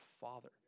father